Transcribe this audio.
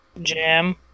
Jam